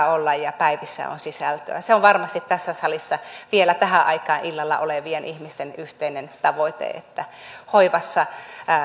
olla ja päivissä on sisältöä se on varmasti tässä salissa vielä tähän aikaan illalla olevien ihmisten yhteinen tavoite että hoivassa